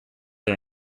are